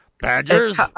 badgers